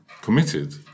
committed